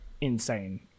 insane